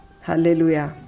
Hallelujah